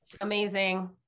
Amazing